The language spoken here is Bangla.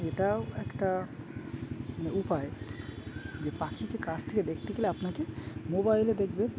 এটাও একটা মানে উপায় যে পাখিকে কাছ থেকে দেখতে গেলে আপনাকে মোবাইলে দেখবেন